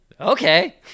okay